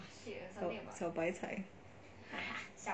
小白菜